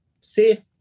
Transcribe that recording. safe